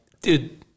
dude